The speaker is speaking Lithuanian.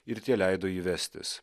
ir tie leido jį vestis